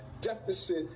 deficit